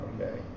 okay